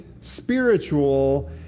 spiritual